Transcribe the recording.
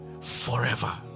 forever